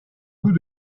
goût